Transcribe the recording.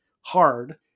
hard